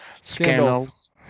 scandals